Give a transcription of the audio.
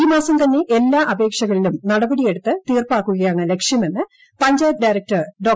ഈമാസം തന്നെ എല്ലാ അപേക്ഷകളിലും നടപടിയെടുത്ത് തീർപ്പാക്കുകയാണ് ലക്ഷ്യമെന്ന് പഞ്ചായത്ത് ഡയറക്ടർ ഡോ